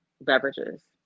beverages